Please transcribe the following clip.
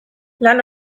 lan